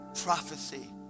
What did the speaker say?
prophecy